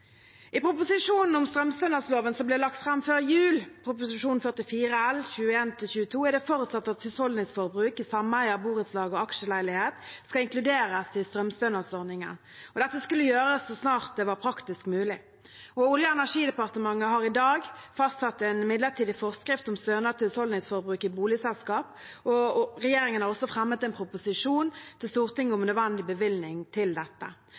I proposisjonen om strømstønadsloven som ble lagt fram før jul, Prop. 44 L for 2021–2022, er det forutsatt at husholdningsforbruk i sameier, borettslag og aksjeleilighet skal inkluderes i strømstønadsordningen. Dette skulle gjøres så snart det var praktisk mulig. Olje- og energidepartementet har i dag fastsatt en midlertidig forskrift om stønad til husholdningsforbruk i boligselskap, og regjeringen har også fremmet en proposisjon til Stortinget om nødvendig bevilgning til dette.